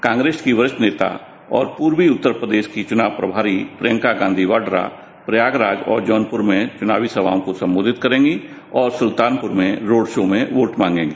कॉप्रेस की वरिष्ठ नेता और पूर्वी उत्तर प्रदेश की चुनाव प्रभारी प्रियंका गांधी वाड़ा प्रयाग राज और जौनप्र में चुनावी समाओं करेंगी और सुल्तानप्र में रोड शो में वोट मांगेगी